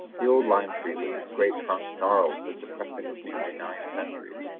the old lime tree with its great trunk gnarled with the passing of nearly nine centuries,